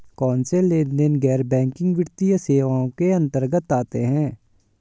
कौनसे लेनदेन गैर बैंकिंग वित्तीय सेवाओं के अंतर्गत आते हैं?